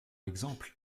exemple